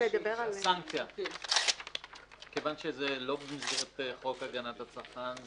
הסנקציה מכיוון שזה לא במסגרת חוק הגנת הצרכן,